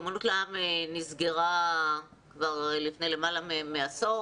אומנות לעם נסגרה כבר לפני למעלה מעשור,